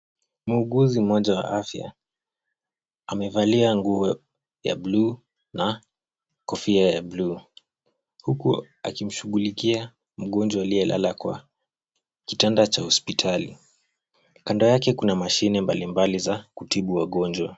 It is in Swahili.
Muuguzi mmoja wa afya, amevalia nguo ya bluu na kofia ya bluu. Huku akimshugulikia mgonjwa aliyelala kwa kitanda cha hospitali. Kando yake kuna mashine mbalimbali za kutibu wagonjwa.